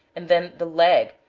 and then the leg,